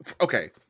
okay